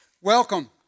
Welcome